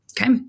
Okay